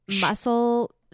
muscle